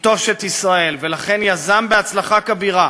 תיטוש את ישראל, ולכן יזם בהצלחה כבירה